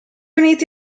uniti